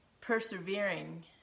persevering